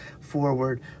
forward